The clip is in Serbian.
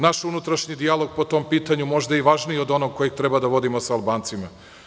Naš unutrašnji dijalog po tom pitanju je možda važniji od onog koji treba da vodimo sa Albancima.